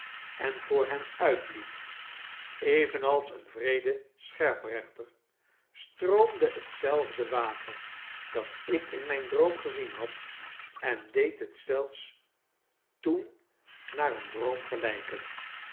en voor hen uitliep evenals een wreede scherprechter stroomde hetzelfde water dat ik in mijn droom gezien had en deed het zelfs toen naar een droom gelijken